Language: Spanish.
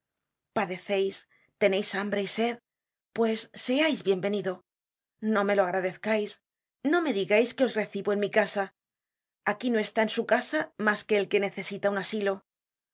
padeceis teneis hambre y sed pues seais bien venido no me lo agradezcais no me digais que os recibo en mi casa aquí no está en su casa mas que el que necesita un asilo